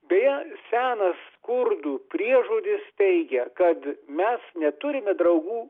beje senas kurdų priežodis teigia kad mes neturime draugų